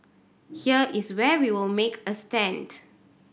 here is where we will make a stand